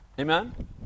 Amen